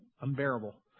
unbearable